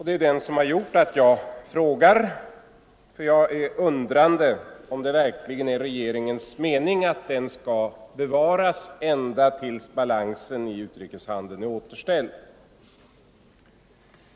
Det är detta som gjort att jag frågat — jag är undrande om det verkligen är regeringens mening att denna strama kreditpolitik skall fortsättas ända till dess att balansen i utrikeshandeln är återställd.